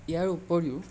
ইয়াৰ উপৰিও